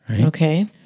Okay